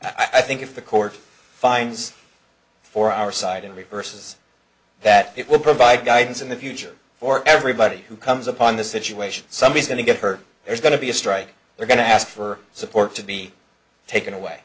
i think if the court finds for our side and reverses that it will provide guidance in the future for everybody who comes upon this situation somebody's going to get hurt there's going to be a strike they're going to ask for support to be taken away